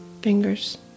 fingers